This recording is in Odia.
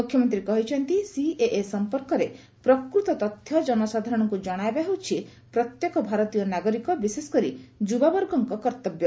ମୁଖ୍ୟମନ୍ତ୍ରୀ କହିଛନ୍ତି ସିଏଏ ସମ୍ପର୍କରେ ପ୍ରକୃତ ତଥ୍ୟ କନସାଧାରଣଙ୍କୁ ଜଣାଇବା ହେଉଛି ପ୍ରତ୍ୟେକ ଭାରତୀୟ ନାଗରିକ ବିଶେଷକରି ଯୁବାବର୍ଗଙ୍କ କର୍ତ୍ତବ୍ୟ